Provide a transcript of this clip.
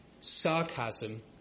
sarcasm